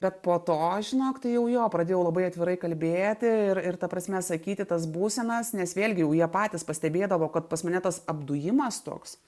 bet po to žinok tai jau jo pradėjau labai atvirai kalbėti ir ir ta prasme sakyti tas būsenas nes vėlgi jau jie patys pastebėdavo kad pas mane tas apdujimas toks